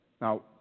Now